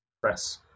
press